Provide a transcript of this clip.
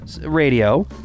Radio